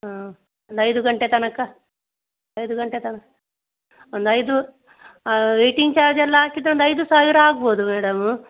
ಹಾಂ ಒಂದು ಐದು ಗಂಟೆ ತನಕ ಐದು ಗಂಟೆ ತನಕ ಒಂದು ಐದು ಹಾಂ ವೆಯ್ಟಿಂಗ್ ಚಾರ್ಜ್ ಎಲ್ಲ ಹಾಕಿದರೆ ಒಂದು ಐದು ಸಾವಿರ ಆಗ್ಬೋದು ಮೇಡಮ್